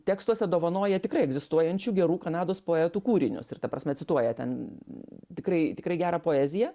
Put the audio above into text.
tekstuose dovanoja tikrai egzistuojančių gerų kanados poetų kūrinius ir ta prasme cituoja ten tikrai tikrai gerą poeziją